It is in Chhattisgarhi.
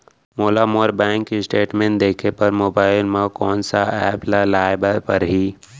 मोला मोर बैंक स्टेटमेंट देखे बर मोबाइल मा कोन सा एप ला लाए बर परही?